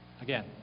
Again